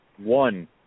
one